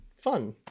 fun